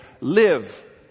live